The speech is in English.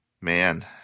man